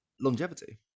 longevity